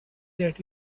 that